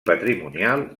patrimonial